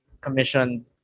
commission